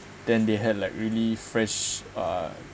then they had like really fresh ah